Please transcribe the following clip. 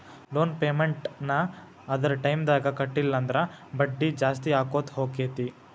loan payment ನ್ನ ಅದರ್ ಟೈಮ್ದಾಗ್ ಕಟ್ಲಿಲ್ಲಂದ್ರ ಬಡ್ಡಿ ಜಾಸ್ತಿಅಕ್ಕೊತ್ ಹೊಕ್ಕೇತಿ